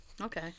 okay